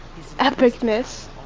Epicness